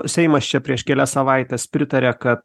seimas čia prieš kelias savaites pritaria kad